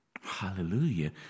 Hallelujah